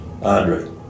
Andre